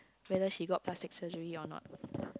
whether she got plastic surgery or not